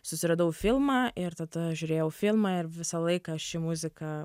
susiradau filmą ir tada žiūrėjau filmą ir visą laiką ši muzika